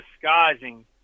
disguising